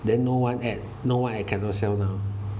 then no one at no one at Carousell now